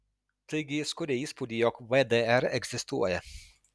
taigi jis kuria įspūdį jog vdr egzistuoja